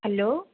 hello